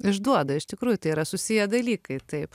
išduoda iš tikrųjų tai yra susiję dalykai taip